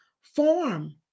form